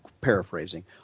paraphrasing